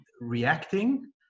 reacting